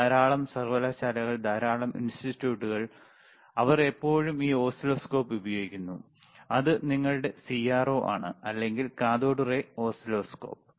ധാരാളം സർവകലാശാലകൾ ധാരാളം ഇൻസ്റ്റിറ്റ്യൂട്ടുകൾ അവർ ഇപ്പോഴും ഈ ഓസിലോസ്കോപ്പ് ഉപയോഗിക്കുന്നു അത് നിങ്ങളുടെ CRO ആണ് അല്ലെങ്കിൽ കാഥോഡ് റേ ഓസിലോസ്കോപ്പ്